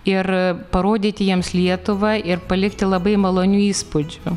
ir parodyti jiems lietuvą ir palikti labai malonių įspūdžių